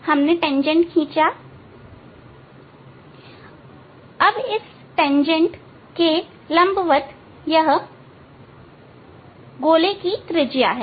आपने tangent खींचीअब tangent के लंबवत में यह गोले की त्रिज्या है